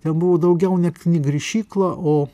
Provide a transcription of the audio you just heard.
ten buvo daugiau ne knygrišykla o